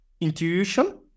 intuition